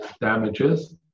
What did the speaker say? damages